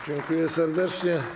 Dziękuję serdecznie.